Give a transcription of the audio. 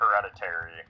Hereditary